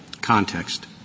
context